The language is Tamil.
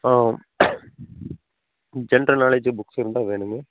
ஆ ஜென்ரல் நாலேஜு புக்ஸ் இருந்தால் வேணுங்க